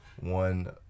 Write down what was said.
One